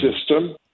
system